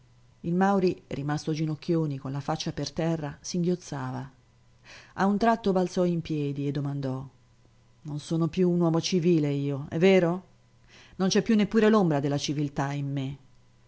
il mauri rimasto ginocchioni con la faccia per terra singhiozzava a un tratto balzò in piedi e domandò non sono più un uomo civile io è vero non c'è più neppure l'ombra della civiltà in me